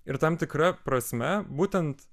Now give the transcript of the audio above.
ir tam tikra prasme būtent